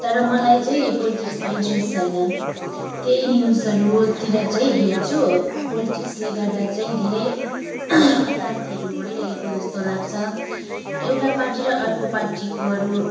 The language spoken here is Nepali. तर मलाईँ चाहिँ पोलिटिक्समा इन्ट्रेस्ट छैन त्यही न्युजहरूतिर चाहिँ हेर्छु पोलिटिक्सले गर्दाचाहिँ धेरै अशान्तिहरू भइरहेको जस्तो लाग्छ एउटा पार्टी र अर्को पार्टीकोहरू